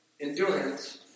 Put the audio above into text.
endurance